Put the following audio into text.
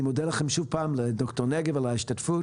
אני מודה לכם שוב פעם ולד"ר נגב על ההשתתפות.